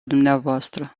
dumneavoastră